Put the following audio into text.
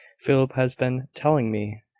philip has been telling me.